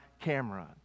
camera